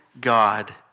God